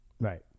Right